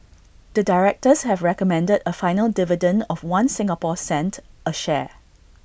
the directors have recommended A final dividend of One Singapore cent A share